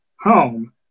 home